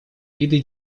виды